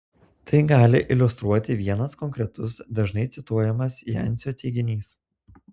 tai gali iliustruoti vienas konkretus dažnai cituojamas jancio teiginys